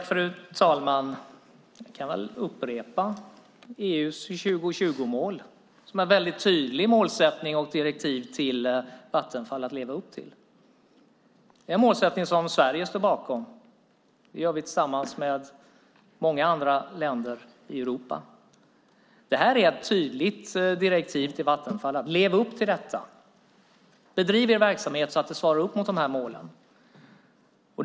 Fru talman! Jag kan upprepa EU:s 2020-mål som är en väldigt tydligt målsättning och ett tydligt direktiv för Vattenfall att leva upp till. Det är en målsättning som Sverige står bakom tillsammans med många andra länder i Europa, och det är ett tydligt direktiv till Vattenfall att leva upp till, nämligen: Bedriv er verksamhet så att den svarar upp mot de här målen!